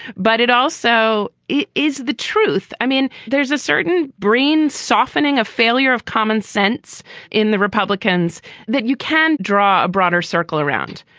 but it also it is the truth. i mean, there's a certain brain softening, a failure of common sense in the republicans that you can draw a broader circle around,